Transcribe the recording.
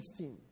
16